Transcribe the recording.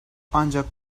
ancak